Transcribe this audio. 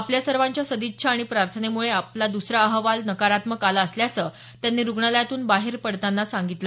आपल्या सर्वांच्या सदिच्छा आणि प्रार्थनेमुळे आपला दसरा अहवाल नकारात्मक आला असल्याचं त्यांनी रुग्णालयातून बाहेर पडताना सांगितलं